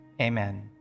Amen